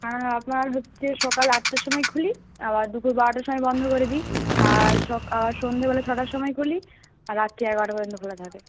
কেননা আপনার হচ্ছে সকাল আটটার সময় খুলি আবার দুপুর বারোটার সময় বন্ধ করে দিই আর আর সন্ধ্যেবেলা ছটার সময় খুলি আর রাত্রি এগারোটা পর্যন্ত খোলা থাকে